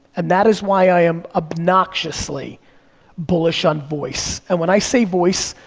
and that is why i am obnoxiously bullish on voice, and when i say voice,